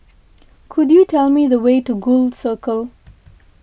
could you tell me the way to Gul Circle